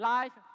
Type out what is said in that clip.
Life